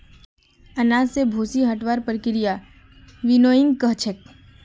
अनाज स भूसी हटव्वार प्रक्रियाक विनोइंग कह छेक